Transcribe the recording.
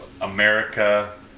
America